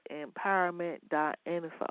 empowerment.info